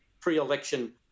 pre-election